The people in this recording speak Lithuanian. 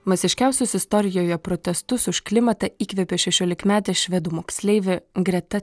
masiškiausius istorijoje protestus už klimatą įkvėpė šešiolikmetė švedų moksleivė greta